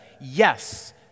Yes